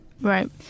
Right